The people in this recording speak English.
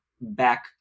back